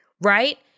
right